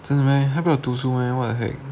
真的 meh 他不要读书 meh what the heck